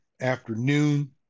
afternoon